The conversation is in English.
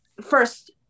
first